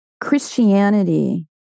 Christianity